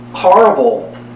horrible